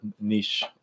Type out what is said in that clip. niche